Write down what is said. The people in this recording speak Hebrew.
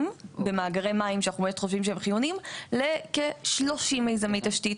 במאגרי מים שאנחנו באמת חושבים שהם חיוניים לכ-30 מיזמי תשתית.